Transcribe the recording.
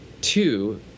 two